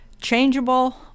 Changeable